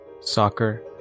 soccer